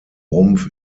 rumpf